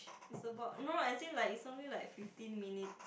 is about no as in like it's only like fifteen minute